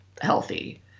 healthy